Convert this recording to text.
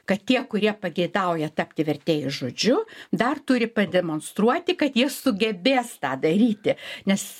kad tie kurie pageidauja tapti vertėjais žodžiu dar turi pademonstruoti kad jie sugebės tą daryti nes